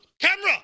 camera